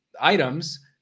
items